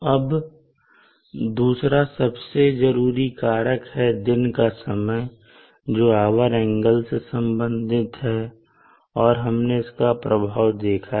अब दूसरा सबसे जरूरी कारक दिन का समय है जो आवर एंगल से संबंधित है और हमने इसका प्रभाव देखा है